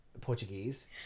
Portuguese